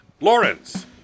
Lawrence